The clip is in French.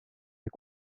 est